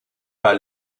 par